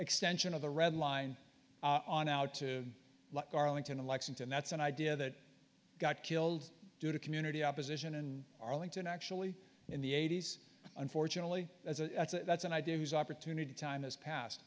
extension of the red line on out to like arlington and lexington that's an idea that got killed due to community opposition in arlington actually in the eighty's unfortunately as a that's an idea whose opportunity time has passed